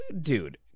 dude